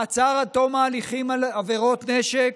מעצר עד תום ההליכים על עבירות נשק,